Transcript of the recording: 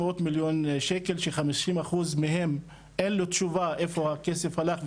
מיליון שקל ש- 50% מהם אין לו תשובה לאן הכסף הלך,